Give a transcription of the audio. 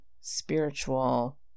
spiritual